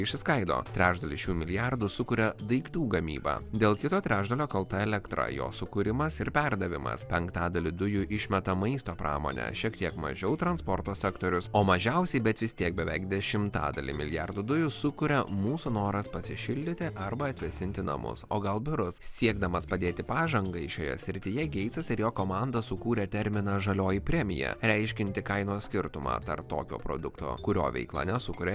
išsiskaido trečdalį šių milijardų sukuria daiktų gamybą dėl kito trečdalio kalta elektra jos sukūrimas ir perdavimas penktadalį dujų išmeta maisto pramonė šiek tiek mažiau transporto sektorius o mažiausiai bet vis tiek beveik dešimtadalį milijardo dujų sukuria mūsų noras pasišildyti arba atvėsinti namus o gal biurus siekdamas padėti pažangai šioje srityje geitsas ir jo komanda sukūrė terminą žalioji premija reiškianti kainos skirtumą tarp tokio produkto kurio veikla nesukuria